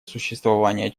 существования